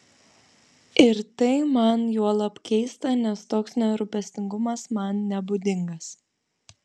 ir tai man juolab keista nes toks nerūpestingumas man nebūdingas